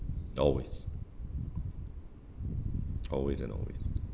always always and always